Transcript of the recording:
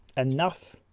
enough